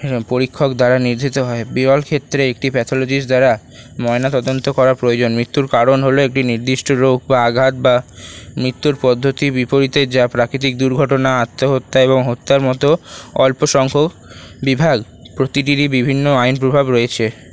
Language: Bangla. পরীক্ষক দ্বারা নির্ধিত হয় বিরল ক্ষেত্রে একটি প্যাথোলজিস্ট দ্বারা ময়না তদন্ত করার প্রয়োজন মৃত্যুর কারণ হলো একটি নির্দিষ্ট রোগ বা আঘাত বা মৃত্যুর পদ্ধতির বিপরীতে যা প্রাকৃতিক দুর্ঘটনা আত্মহত্যা এবং হত্যার মতো অল্প সংখ্যক বিভাগ প্রতিটিরই বিভিন্ন আইন প্রভাব রয়েছে